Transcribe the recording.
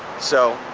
so,